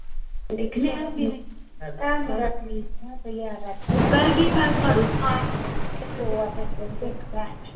दिक्खने हां फिर करगी में